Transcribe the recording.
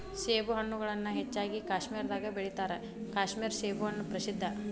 ಸೇಬುಹಣ್ಣುಗಳನ್ನಾ ಹೆಚ್ಚಾಗಿ ಕಾಶ್ಮೇರದಾಗ ಬೆಳಿತಾರ ಕಾಶ್ಮೇರ ಸೇಬುಹಣ್ಣು ಪ್ರಸಿದ್ಧ